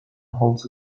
holds